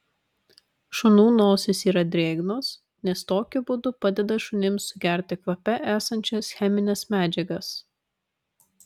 šunų nosys yra drėgnos nes tokiu būdu padeda šunims sugerti kvape esančias chemines medžiagas